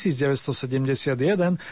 1971